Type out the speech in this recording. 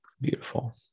Beautiful